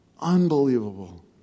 Unbelievable